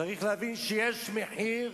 צריך להבין שיש מחיר